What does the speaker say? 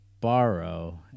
borrow